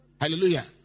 Hallelujah